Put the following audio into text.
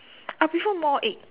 I prefer more egg